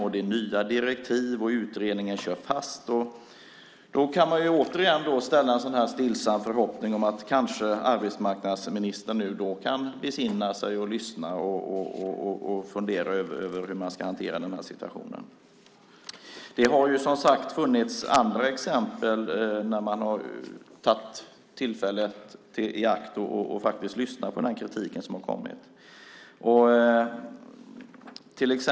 Det är nya direktiv, och utredningen kör fast. Man kan återigen ha en stillsam förhoppning om att arbetsmarknadsministern nu kanske kan besinna sig, lyssna och fundera över hur man ska hantera situationen. Det har funnits andra exempel där man har tagit tillfället i akt och lyssnat på den kritik som har kommit.